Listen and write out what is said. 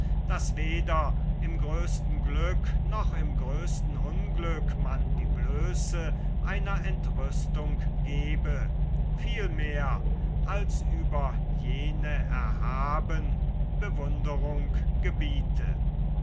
daß weder im größten glück noch im größten unglück man die blöße einer entrüstung gebe vielmehr als über jene erhaben bewundrung gebiete